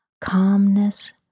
calmness